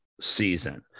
season